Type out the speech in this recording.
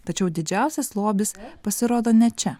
tačiau didžiausias lobis pasirodo ne čia